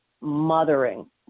mothering